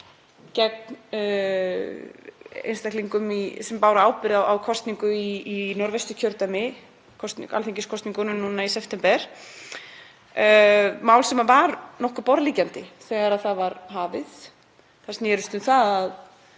gegn einstaklingum sem báru ábyrgð á kosningu í Norðvesturkjördæmi, alþingiskosningunum í september, mál sem var nokkuð borðleggjandi þegar það var hafið. Það snerist um að